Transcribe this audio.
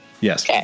yes